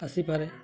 ଆସିପାରେ